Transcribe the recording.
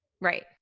Right